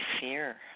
fear